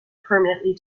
permanently